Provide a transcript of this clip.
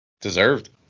Deserved